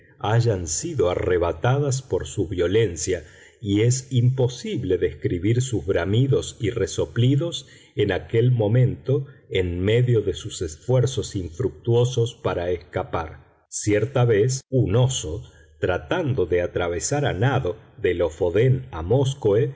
hayan sido arrebatadas por su violencia y es imposible describir sus bramidos y resoplidos en aquel momento en medio de sus esfuerzos infructuosos para escapar cierta vez un oso tratando de atravesar a nado de lofoden a móskoe fué